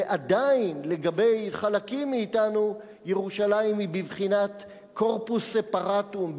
ועדיין לגבי חלקים מאתנו ירושלים היא בבחינת corpus separatum,